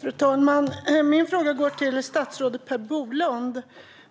Fru talman! Min fråga går till statsrådet Per Bolund.